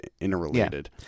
interrelated